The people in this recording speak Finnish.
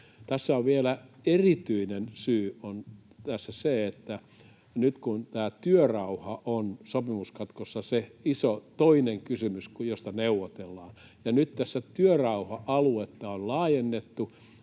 syy on tässä se, että nyt, kun tämä työrauha on sopimuskatkossa se iso toinen kysymys, josta neuvotellaan, tässä työrauha-aluetta on laajennettu,